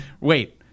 wait